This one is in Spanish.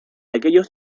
aquellos